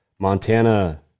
Montana